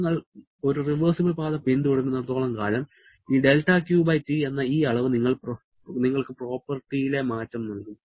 നിങ്ങൾ ഒരു റിവേഴ്സിബിൾ പാത പിന്തുടരുന്നിടത്തോളം കാലം ഈ δQ T എന്ന ഈ അളവ് നിങ്ങൾക്ക് പ്രോപ്പർട്ടിയിലെ മാറ്റം നൽകും